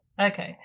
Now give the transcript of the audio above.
Okay